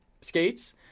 skates